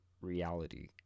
reality